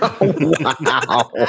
wow